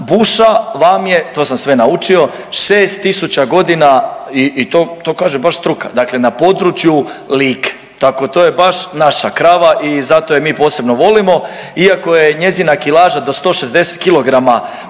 buša vam je, to sam sve naučio, 6 tisuća godina i to kaže baš struka, dakle na području Like, tako to je baš naša krava i zato je mi posebno volimo iako je njezina kilaža do 160 kilograma,